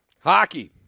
Hockey